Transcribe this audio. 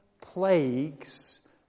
plagues